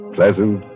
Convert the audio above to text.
Pleasant